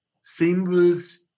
symbols